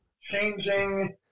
changing